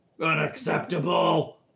Unacceptable